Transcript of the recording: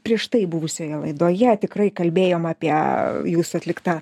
prieš tai buvusioje laidoje tikrai kalbėjom apie jūsų atliktą